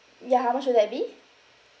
ya how much would that be